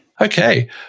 Okay